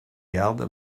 garde